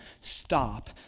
stop